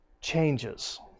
changes